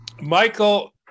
michael